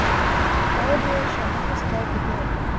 gabriel shall not escape again,